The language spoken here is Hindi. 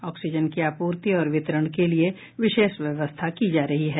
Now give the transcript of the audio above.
ऑक्सीजन की आपूर्ति और वितरण के लिए विशेष व्यवस्था की जा रही है